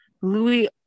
Louis